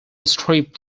strip